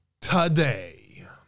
today